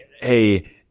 hey